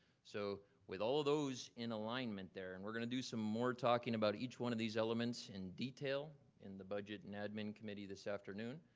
so with all those in alignment there, and we're gonna do some more talking about each one of these elements in detail, and the budget and admin committee this afternoon,